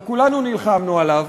וכולנו נלחמנו עליו,